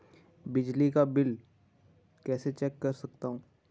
बिजली का बिल कैसे चेक कर सकता हूँ?